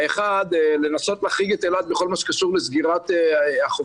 האחד לנסות להחריג את אילת בכל מה שקשור לסגירת החופים.